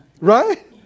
right